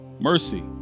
mercy